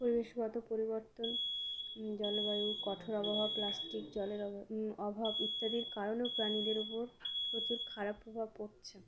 পরিবেশগত পরিবর্তন জলবায়ু কঠোর অবহাওয়া প্লাস্টিক জলের অভাব ইত্যাদির কারণেও প্রাণীদের ও উপর প্রচুর খারাপ প্রভাব পড়ছে